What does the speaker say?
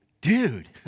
dude